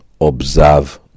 observe